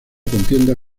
contienda